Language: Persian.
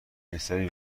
پسری